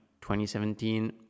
2017